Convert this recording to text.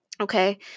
Okay